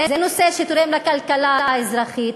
זה נושא שתורם לכלכלה האזרחית,